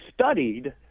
studied